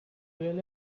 well